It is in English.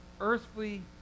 earthly